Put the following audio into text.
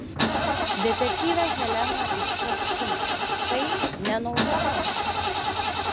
detektyvė helena iškart sumeta tai ne naujoko darbas